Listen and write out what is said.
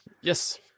Yes